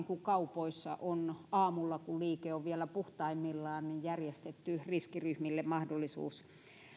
kuin kaupoissa on aamulla kun liike on vielä puhtaimmillaan järjestetty riskiryhmille mahdollisuus